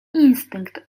instynkt